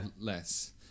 less